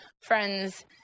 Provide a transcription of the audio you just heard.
friends